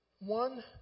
one